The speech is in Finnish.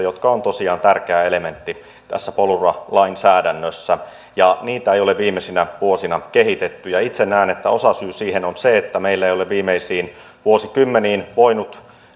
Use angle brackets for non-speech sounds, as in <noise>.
<unintelligible> jotka ovat tosiaan tärkeä elementti tässä polura lainsäädännössä ja niitä ei ole viimeisinä vuosina kehitetty itse näen että osasyy siihen on se että meillä eivät ole viimeisiin vuosikymmeniin voineet